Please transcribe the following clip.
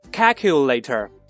Calculator